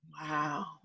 Wow